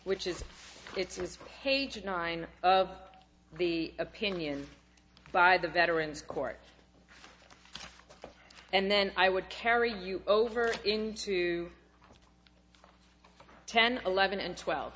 which is it's page nine of the opinion by the veterans court and then i would carry you over into ten eleven and twelve